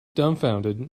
dumbfounded